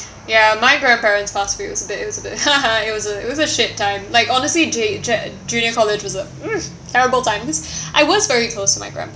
ya my grandparents fast furious a bit it was a bit it was a it was a shit time like honestly j~ j~ junior college was a terrible times I was very close to my grandparent